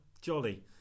jolly